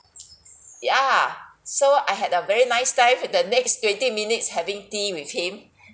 ya so I had a very nice time for the next twenty minutes having tea with him